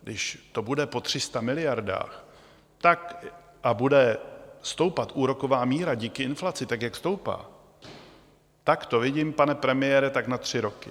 Když to bude po 300 miliardách a bude stoupat úroková míra díky inflaci tak, jak stoupá, tak to vidím, pane premiére, tak na tři roky.